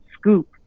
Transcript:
scoop